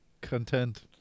content